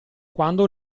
quando